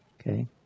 Okay